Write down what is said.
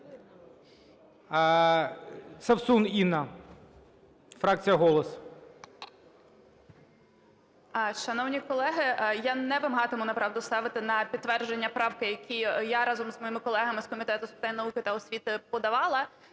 Совсун Інна, фракція "Голос".